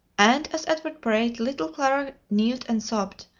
and as edward prayed, little clara knelt and sobbed,